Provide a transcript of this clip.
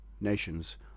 nations